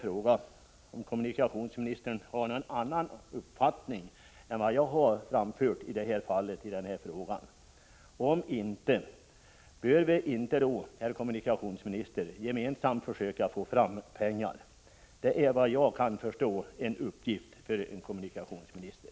Har kommunikationsministern någon annan uppfattning än den som jag nu har framfört i den här frågan? Om inte, bör vi inte då, herr kommunikationsminister, gemensamt försöka få fram pengar? Det är, såvitt jag förstår, en uppgift för en kommunikationsminister.